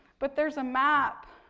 but there's a map,